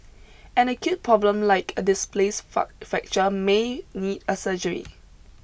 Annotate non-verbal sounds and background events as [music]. an acute problem like a displaced [unintelligible] fracture may need a surgery